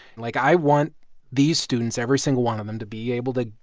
like i want these students, every single one of them, to be able to,